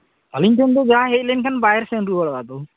ᱟᱹᱞᱤᱧ ᱴᱷᱮᱱ ᱫᱚ ᱡᱟᱦᱟᱸᱭ ᱦᱮᱡ ᱞᱮᱱᱠᱷᱟᱱ ᱫᱚ ᱵᱟᱭ ᱥᱮᱱ ᱨᱩᱣᱟᱹᱲᱚᱜᱼᱟ ᱟᱫᱚ